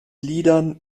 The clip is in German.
liedern